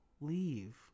leave